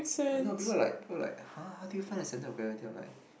I know people like people like [huh] how do you find the center of gravity I'm like